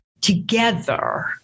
together